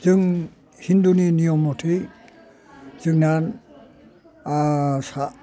जों हिन्दुनि नियम मथे जोंना